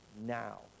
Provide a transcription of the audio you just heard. now